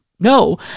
No